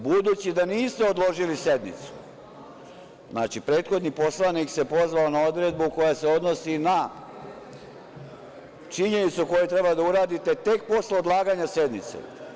Budući da niste odložili sednicu, znači, prethodni poslanik se pozvao na odredbu koja se odnosi na činjenicu koju treba da uradite tek posle odlaganja sednice.